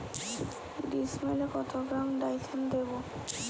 ডিস্মেলে কত gram Dithane দেবো?